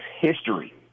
history